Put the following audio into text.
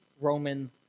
Roman